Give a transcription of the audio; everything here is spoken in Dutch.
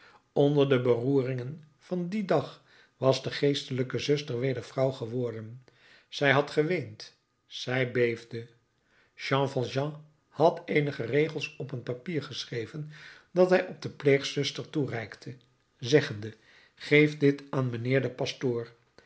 onder de beroeringen van dien dag was de geestelijke zuster weder vrouw geworden zij had geweend zij beefde jean valjean had eenige regels op een papier geschreven dat hij de pleegzuster toereikte zeggende geef dit aan mijnheer den pastoor